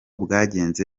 bwagenze